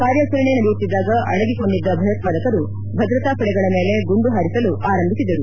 ಕಾರ್ಯಾಚರಣೆ ನಡೆಯುತ್ತಿದ್ದಾಗ ಆಡಗಿಕೊಂಡಿದ್ದ ಭಯೋತ್ಪಾದಕರು ಭದ್ರತಾ ಪಡೆಗಳ ಮೇಲೆ ಗುಂಡು ಹಾರಿಸಲು ಆರಂಭಿಸಿದರು